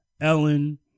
Ellen